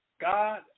God